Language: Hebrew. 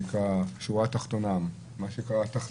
השורה התחתונה, מה שנקרא התכלית: